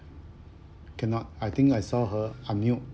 cannot I think I saw her unmute